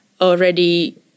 already